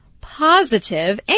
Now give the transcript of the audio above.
positive